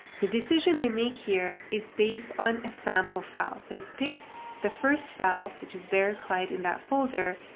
the decision i make here is based on a sample file. so it's picked the first file, which is bere kleid in that folder.